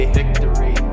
victory